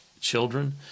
children